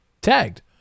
tagged